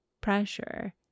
pressure